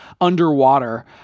underwater